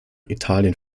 italien